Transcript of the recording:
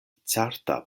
certa